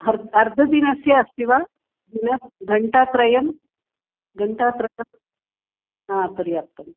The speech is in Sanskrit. ह र् अर्धदिनस्य अस्ति वा दिनं घण्टात्रयं घण्टात्रयं हा पर्याप्तम्